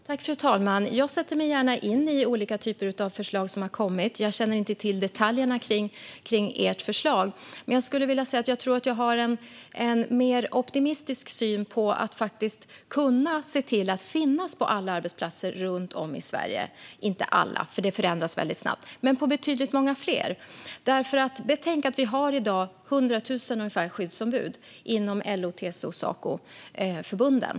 Fru talman! Jag sätter mig gärna in i olika förslag som har kommit. Jag känner inte till detaljerna kring ert förslag. Men jag har nog en mer optimistisk syn på att man kan se till att finnas på alla arbetsplatser runt om i Sverige - inte alla för det förändras väldigt snabbt men på betydligt många fler. Betänk att vi i dag ungefär 100 000 skyddsombud inom LO, TCO och Sacoförbunden.